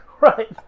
Right